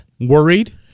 Worried